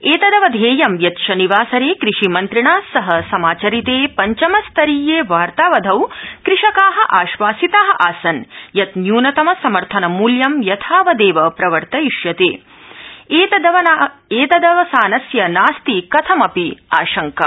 एतदवधर्मीयत् शनिवासरक्रिषिमन्त्रिणा सह समाचरित िचमस्तरीय वितर्तावधौ कृषका आश्वासिता आसन् यत् न्यूनतम समर्थन मूल्यं यथावद्व प्रवर्तयिष्यत ऐतदवसानस्य नास्ति कथमपि आशंका